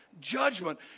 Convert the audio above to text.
judgment